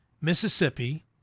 Mississippi